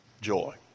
Joy